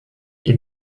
ils